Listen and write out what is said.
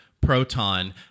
Proton